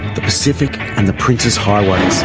the pacific and the princes highways.